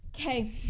okay